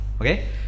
Okay